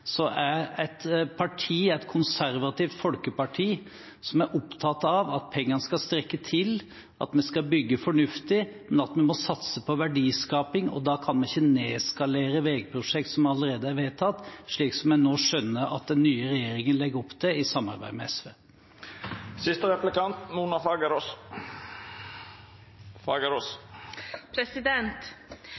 et parti, et konservativt folkeparti, som er opptatt av at pengene skal strekke til, at vi skal bygge fornuftig, men at en må satse på verdiskaping. Da kan vi ikke nedskalere veiprosjekt som allerede er vedtatt, slik som jeg nå skjønner at den nye regjeringen legger opp til, i samarbeid med